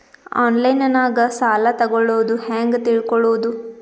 ಆನ್ಲೈನಾಗ ಸಾಲ ತಗೊಳ್ಳೋದು ಹ್ಯಾಂಗ್ ತಿಳಕೊಳ್ಳುವುದು?